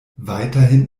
weiterhin